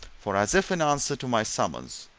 for, as if in answer to my summons,